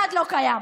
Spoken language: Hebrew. אחד לא קיים.